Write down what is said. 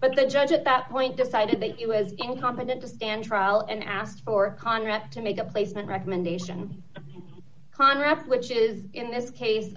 but the judge at that point decided that it was incompetent to stand trial and asked for a contract to make a placement recommendation contract which is in this case